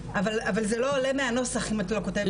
אבל זה לא עולה מהנוסח אם את לא כותבת את זה.